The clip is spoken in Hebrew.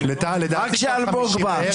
רק כשאלמוג בא.